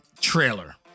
trailer